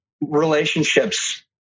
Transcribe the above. relationships